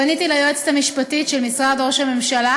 פניתי ליועצת המשפטית של משרד ראש הממשלה